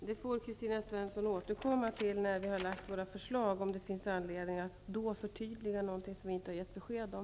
Fru talman! När vi har lagt fram våra förslag får Kristina Svensson återkomma till det, om det då finns anledning att förtydliga någonting som vi inte har givit besked om.